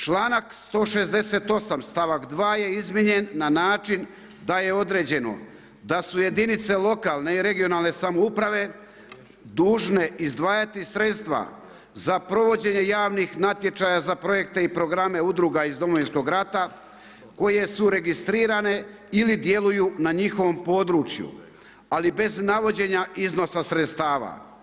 Članak 168. stavak 2. je izmijenjen na način da je određeno da su jedinice lokalne i regionalne samouprave dužne izdvajati sredstva za provođenje javnih natječaja za projekte i programe udruga iz Domovinskog rata koje su registrirane ili djeluju na njihovom području ali bez navođenja iznosa sredstava.